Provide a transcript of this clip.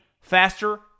faster